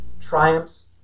triumphs